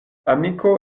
amiko